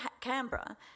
Canberra